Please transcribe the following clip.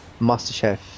Masterchef